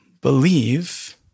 believe